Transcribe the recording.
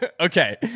okay